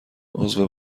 عضو